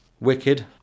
wicked